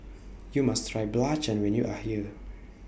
YOU must Try Belacan when YOU Are here